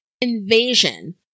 invasion